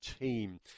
team